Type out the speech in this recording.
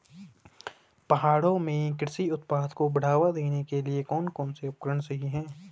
पहाड़ों में कृषि उत्पादन को बढ़ावा देने के लिए कौन कौन से उपकरण सही हैं?